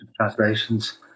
translations